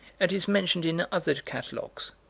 and is mentioned in other catalogues,